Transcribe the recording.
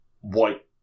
white